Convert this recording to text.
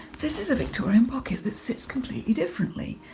this is a victorian pocket that sits completely differently.